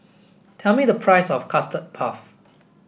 tell me the price of custard puff